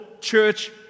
church